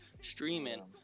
streaming